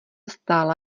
stála